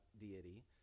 deity –